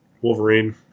Wolverine